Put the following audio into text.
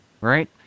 Right